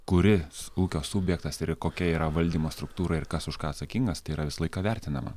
kuri ūkio subjektas ir kokia yra valdymo struktūra ir kas už ką atsakingas tai yra visą laiką vertinama